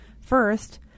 first